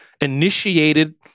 initiated